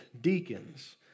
deacons